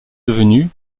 devenu